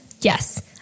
Yes